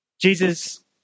Jesus